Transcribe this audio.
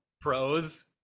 pros